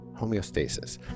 homeostasis